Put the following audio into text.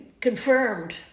confirmed